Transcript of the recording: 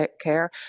care